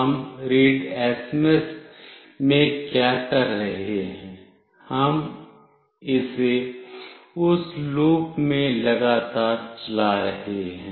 हम readsms में क्या कर रहे हैं हम इसे उस लूप में लगातार चला रहे हैं